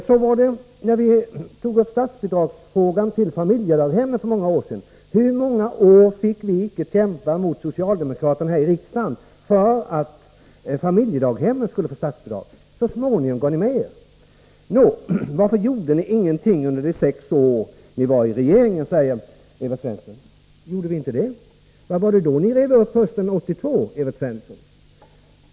Så var det också när vi tog upp frågan om statsbidrag till familjedaghemmen för många år sedan. Hur många år fick vi icke kämpa mot socialdemokraterna här i riksdagen för att familjedaghemmen skulle få statsbidrag? Så småningom gav ni med er. Nå, varför gjorde ni ingenting under de sex år ni satt i regeringsställning? frågar Evert Svensson. Gjorde vi inte det? Vad var det då ni rev upp hösten 1982, Evert Svensson?